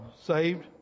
saved